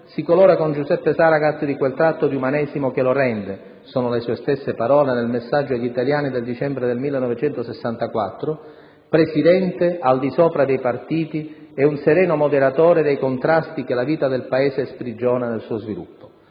si colora con Giuseppe Saragat di quel tratto di umanesimo che lo rende - sono le sue stesse parole nel messaggio agli italiani del dicembre del 1964 - «Presidente al di sopra dei partiti e un sereno moderatore dei contrasti che la vita del Paese sprigiona nel suo sviluppo».